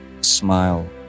smile